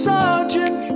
Sergeant